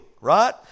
right